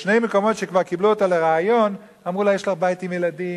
בשני מקומות שכבר קיבלו אותה לריאיון אמרו לה: יש לך בית עם ילדים,